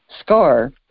scar